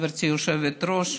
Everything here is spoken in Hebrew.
גברתי היושבת-ראש,